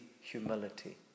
humility